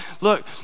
Look